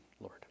Lord